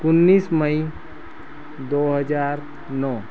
उन्नीस मई दो हज़ार नौ